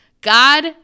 God